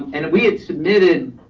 and we had submitted